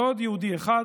ועוד יהודי אחד